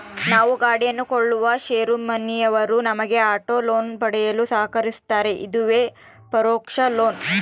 ನಾವು ಗಾಡಿಯನ್ನು ಕೊಳ್ಳುವ ಶೋರೂಮಿನವರು ನಮಗೆ ಆಟೋ ಲೋನನ್ನು ಪಡೆಯಲು ಸಹಕರಿಸ್ತಾರ, ಇದುವೇ ಪರೋಕ್ಷ ಲೋನ್